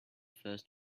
first